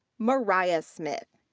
mariah smith.